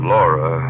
Laura